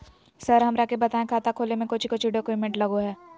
Sir हमरा के बताएं खाता खोले में कोच्चि कोच्चि डॉक्यूमेंट लगो है?